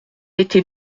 été